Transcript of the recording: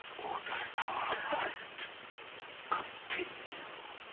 or does our hunt continue?